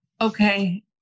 Okay